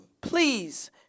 Please